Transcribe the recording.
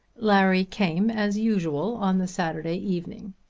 larry came as usual on the saturday evening.